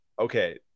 Okay